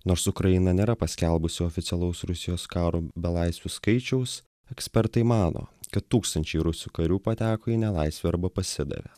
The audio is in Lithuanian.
nors ukraina nėra paskelbusi oficialaus rusijos karo belaisvių skaičiaus ekspertai mano kad tūkstančiai rusų karių pateko į nelaisvę arba pasidavė